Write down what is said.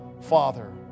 Father